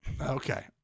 Okay